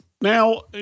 Now